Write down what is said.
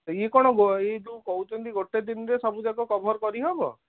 ଇଏ କଣ ଇଏ ଯେଉଁ କହୁଛନ୍ତି ଗୋଟେ ଦିନରେ ସବୁ ଯାକ କଭର କରିହେବ